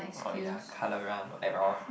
oh ya Colour Run whatever